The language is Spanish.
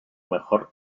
mejor